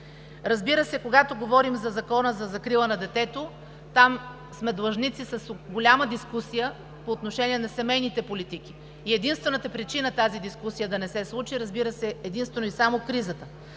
Разбира се, когато говорим за Закона за закрила на детето, там сме длъжници с голяма дискусия по отношение на семейните политики и единствената причина тази дискусия да не се случи е, разбира се, единствено и само кризата.